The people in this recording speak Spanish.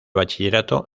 bachillerato